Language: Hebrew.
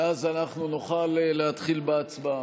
ואז אנחנו נוכל להתחיל בהצבעה.